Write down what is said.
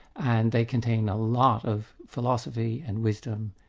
and they contain a lot of philosophy and wisdom.